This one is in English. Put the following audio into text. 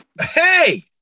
Hey